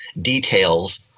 details